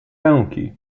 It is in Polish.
ręki